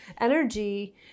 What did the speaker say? energy